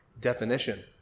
definition